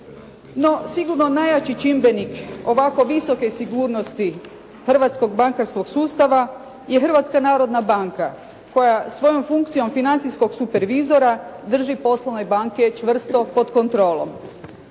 sigurno najjači čimbenik ovako visoke sigurnosti hrvatskog bankarskog sustava je Hrvatska narodna banka koja svojom funkcijom financijskog supervizora drži poslovne banke čvrsto pod kontrolom.